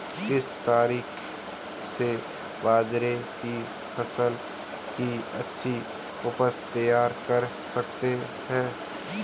किस तरीके से बाजरे की फसल की अच्छी उपज तैयार कर सकते हैं?